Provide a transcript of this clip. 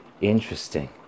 interesting